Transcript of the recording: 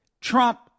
Trump